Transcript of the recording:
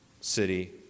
city